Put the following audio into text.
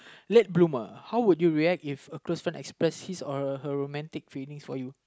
late bloomer how would you react if a close friend express his or her romantic feelings for you